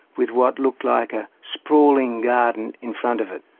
with what looked like a sprawling garden in front of it.